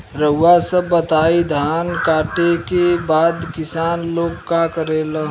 रउआ सभ बताई धान कांटेके बाद किसान लोग का करेला?